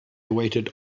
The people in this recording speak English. waited